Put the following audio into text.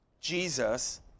Jesus